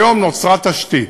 והיום נוצרה תשתית.